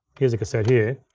here's a cassette here.